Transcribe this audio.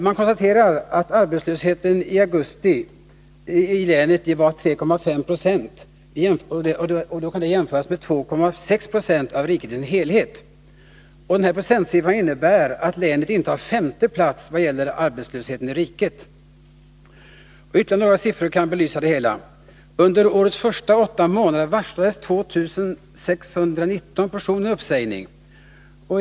Man konstaterar att arbetslösheten i länet i augusti var 3,5 20, vilket kan jämföras med 2,6 96 för riket i dess helhet. Denna procentsiffra innebär att länet intar femte plats vad det gäller arbetslösheten i riket. Ytterligare några siffror kan belysa det hela. Under årets första åtta månader varslades 2 619 personer om uppsägning.